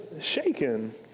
shaken